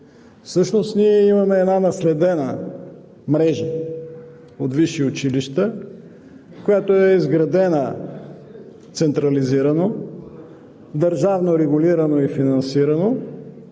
Всъщност ние имаме една наследена мрежа от висши училища, която е изградена централизирано, държавно регулирана и финансирана,